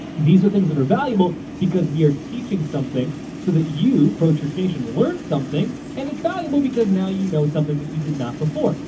these are things that are valuable because we are teaching something so that you, pro church nation, learn something and it's valuable because now you know something that you did not before.